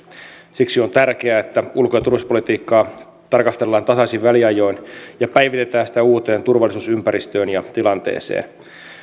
siksi on tärkeää että ulko ja turvallisuuspolitiikkaa tarkastellaan tasaisin väliajoin ja päivitetään sitä uuteen turvallisuusympäristöön ja tilanteeseen